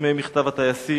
מחותמי מכתב הטייסים,